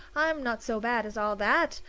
i'm not so bad as all that.